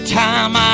time